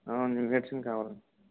new edition కావాలండి